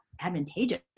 advantageous